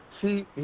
See